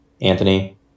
Anthony